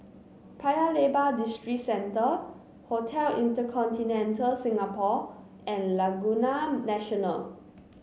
Paya Lebar Districentre Hotel InterContinental Singapore and Laguna National